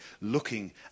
looking